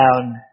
down